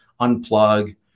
unplug